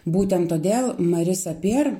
būtent todėl marisa peer